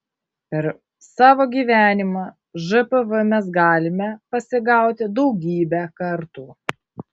per savo gyvenimą žpv mes galime pasigauti daugybę kartų